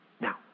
Now